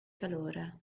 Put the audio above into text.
calore